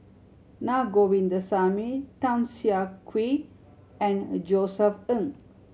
Naa Govindasamy Tan Siah Kwee and Josef Ng